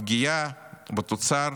הפגיעה בתוצר